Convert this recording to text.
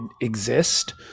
exist